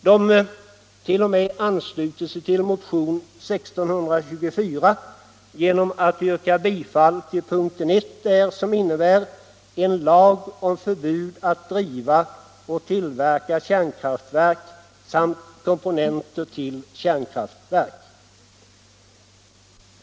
De ansluter sig t.o.m. till motion nr 1624 genom att yrka bifall till dess punkt 1, som innebär ”en lag om förbud att driva och tillverka kärnkraftverk samt komponenter till kärnkraftverk”.